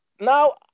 now